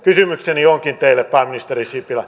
kysymykseni onkin teille pääministeri sipilä